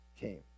came